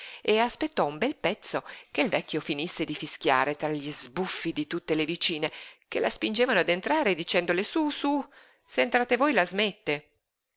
e la stalla aspettò un bel pezzo che il vecchio finisse di fischiare tra gli sbuffi di tutte le vicine che la spingevano ad entrare dicendole sú sú se entrate voi la smette